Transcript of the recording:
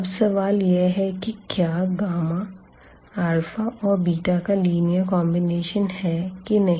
अब सवाल यह है कि क्या और β का लीनियर कॉन्बिनेशन है कि नहीं